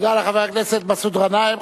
תודה לחבר הכנסת מסעוד גנאים.